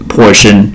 portion